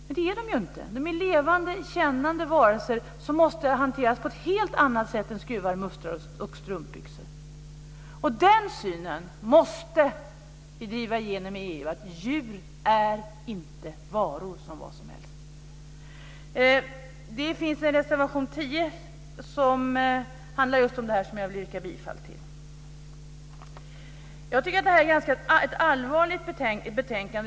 Men det är de inte. De är levande, kännande varelser som måste hanteras på ett helt annat sätt än skruvar, muttrar och strumpbyxor. Den synen måste vi driva igenom i EU. Djur är inte vilka varor som helst. Det finns en reservation 10 som handlar just om detta som jag yrkar bifall till. Detta är ett ganska allvarligt betänkande.